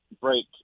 break